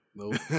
Nope